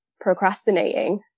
procrastinating